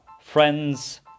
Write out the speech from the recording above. friends